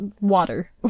water